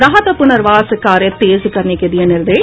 राहत और पुनर्वास कार्य तेज करने के दिये निर्देश